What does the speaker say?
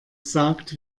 sagt